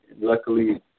Luckily